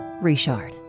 Richard